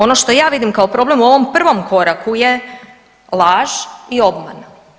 Ono što ja vidim kao problem u ovom prvom koraku je laž i obmana.